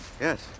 Yes